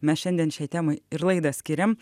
mes šiandien šiai temai ir laidą skiriam